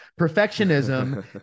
perfectionism